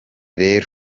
rero